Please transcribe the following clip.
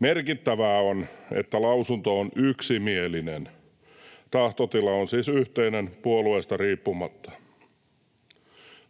Merkittävää on, että lausunto on yksimielinen. Tahtotila on siis yhteinen puolueesta riippumatta.